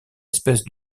espèces